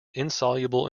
insoluble